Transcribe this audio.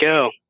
go